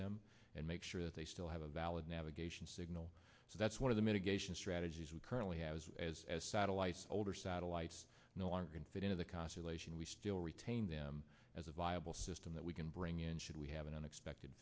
them and make sure that they still have a valid navigation signal so that's one of the mitigation strategies we currently have as as satellites older satellites no longer can fit into the constellation we still retain them as a viable system that we can bring in should we have an unexpected